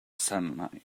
sunlight